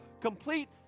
complete